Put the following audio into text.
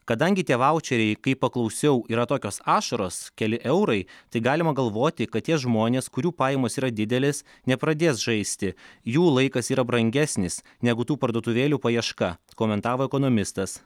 kadangi tie vaučeriai kaip paklausiau yra tokios ašaros keli eurai tai galima galvoti kad tie žmonės kurių pajamos yra didelės nepradės žaisti jų laikas yra brangesnis negu tų parduotuvėlių paieška komentavo ekonomistas